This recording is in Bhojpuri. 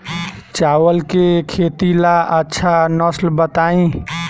चावल के खेती ला अच्छा नस्ल बताई?